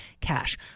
cash